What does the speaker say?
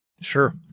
Sure